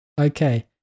okay